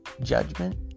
judgment